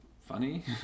funny